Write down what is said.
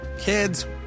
Kids